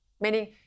meaning